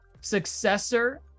successor